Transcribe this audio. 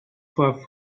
trois